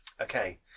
Okay